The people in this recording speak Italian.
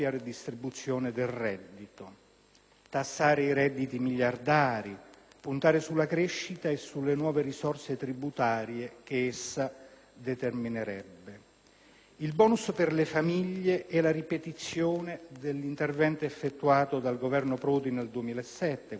tassare i redditi miliardari e puntare sulla crescita e sulle nuove risorse tributarie che essa avrebbe determinato. Il *bonus* per le famiglie è la ripetizione dell'intervento effettuato dal Governo Prodi nel 2007, quando il PIL era intorno al 2